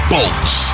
Bolts